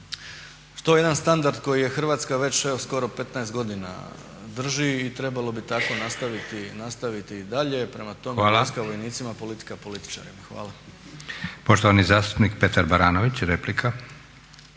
što je jedan standard koji je Hrvatska već evo skoro 15 godina drži i trebalo bi tako nastaviti i dalje. Prema tome vojska vojnicima, politika političarima. Hvala. **Leko, Josip (SDP)** Hvala. Poštovani zastupnik Petar Baranović, replika.